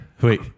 wait